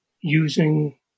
using